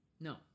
No